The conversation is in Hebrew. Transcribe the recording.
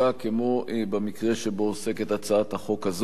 כמו במקרה שבו עוסקת הצעת החוק הזאת.